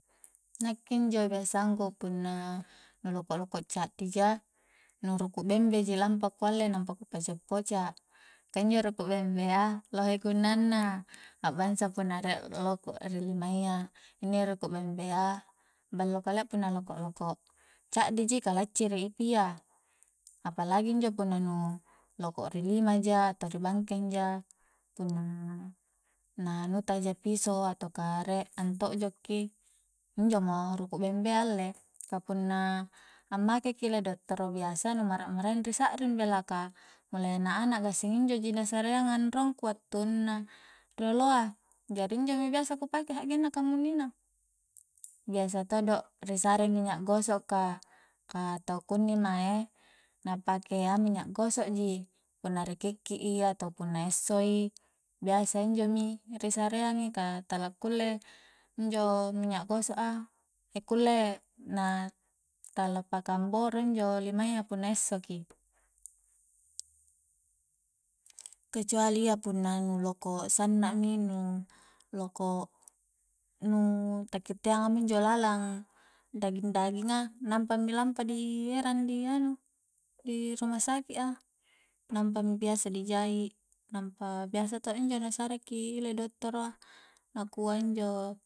Nakke injo biasangku punna nu loko'-loko' caddi ja nu ruku' bembe ji lampa ku alle nampa ku poca-poca' ka injo ruku' bembea lohe gunanna a'bangsa punna rie loko' ri limayya inni ruku' bembea ballo kalia punna loko'-loko' caddi ji ka lacciri i pia apa lagi injo punna nu loko' ri lima ja atau ri bangkeng ja punna na anu ta ja piso atauka re anto'jo ki injo mo ruku' bembea alle ka punna ammake ki ile dottoro biasa nu mara'maraeng ri sakring bela ka mulai anak-anak gassing injo ji na sareanga anrongku wattunna rioloa jari injo mi biasa ku pake hakgenna kamunnina biasa todo ri sare minnya goso ka-ka tau kunni mae na pakea minnya goso' ji punna ri kikki i atau punna esso i biasa injomi ri sareangi ka tala kulle injo minnya gosok a kulle na tala paka amboro injo limayya punna essoki kecuali iya punna nu loko sanna mi nu loko' nu takkiteang a mi injo lalang daging-daginga nampa mi lampa dierang di anu di rumah saki' a nampa mi biasa di jai' nampa biasa to' injo na sareki ile dottoroa nakua injo